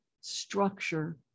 structure